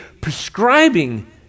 prescribing